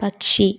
പക്ഷി